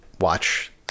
watch